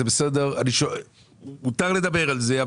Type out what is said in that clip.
זה בסדר; מותר לדבר על זה,